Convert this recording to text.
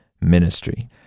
ministry